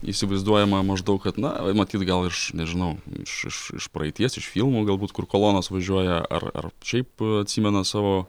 įsivaizduojama maždaug kad na matyt gal aš nežinau iš iš iš praeities iš filmų galbūt kur kolonos važiuoja ar ar šiaip atsimena savo